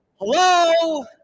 hello